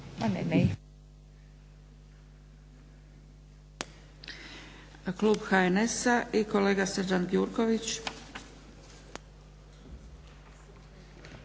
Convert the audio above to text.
Hvala.